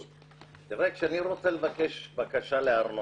כשאני רוצה לבקש בקשה לארנונה,